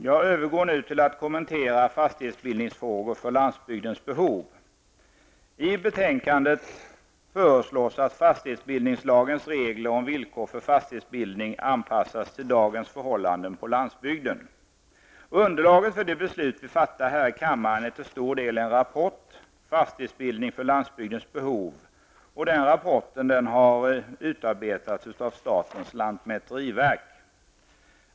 Jag övergår nu till att kommentera fastighetsbildningsfrågor för landsbygdens behov. I betänkandet föreslås att fastighetsbildningslagens regler om villkor för fastighetsbildning anpassas till dagens förhållanden på landsbygden. Underlaget för det beslut vi fattar här i kammaren är till stor del en rapport, ''Fastighetsbildning för landsbygdens behov'', som utarbetats av statens lantmäteriverk.